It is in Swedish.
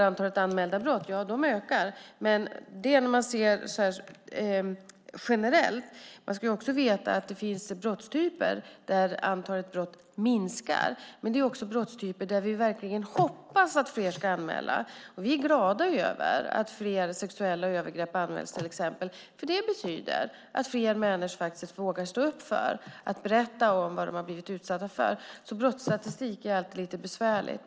Antalet anmälda brott ökar generellt, men man ska också veta att det finns brottstyper där antalet anmälningar minskar. Men det finns också brottstyper där vi verkligen hoppas att fler ska anmäla. Vi är till exempel glada över att fler sexuella övergrepp anmäls, för det betyder att fler människor vågar stå upp och berätta vad de blivit utsatta för. Brottsstatistik är alltid lite besvärligt.